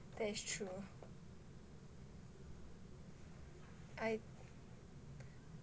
yeah that's true I